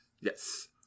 Yes